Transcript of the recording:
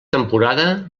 temporada